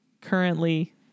currently